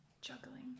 juggling